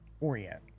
orient